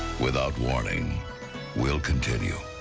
without warning will continue.